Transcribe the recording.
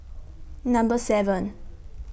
Number seven